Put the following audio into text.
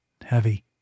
Heavy